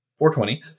420